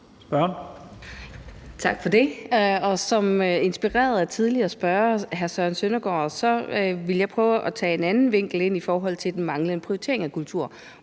Mølbæk (SF): Tak for det. Inspireret af en tidligere spørger, hr. Søren Søndergaard, vil jeg prøve at tage en anden vinkel ind i forhold til den manglende prioritering af kultur